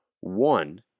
one